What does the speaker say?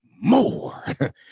more